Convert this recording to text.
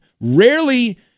rarely